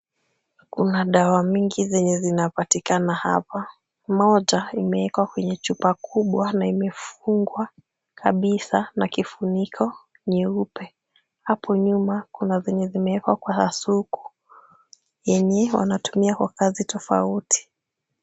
Kuna dawa mingi zenye zinapatikana hapa. Moja imewekwa kwenye chupa kubwa na imefungwa kabisa na kifuniko nyeupe. Hapo nyuma kuna zenye zimewekwa kwa kasuku yenye wanatumia kwa kazi tofauti.